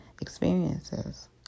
experiences